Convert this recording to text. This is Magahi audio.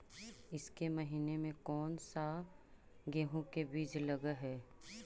ईसके महीने मे कोन सा गेहूं के बीज लगे है?